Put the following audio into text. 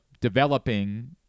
developing